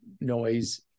noise